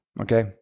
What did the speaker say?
Okay